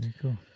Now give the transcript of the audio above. Cool